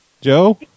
Joe